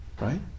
Right